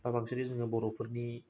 दा बांसिनै जोङो बर'फोरनि